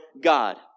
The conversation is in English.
God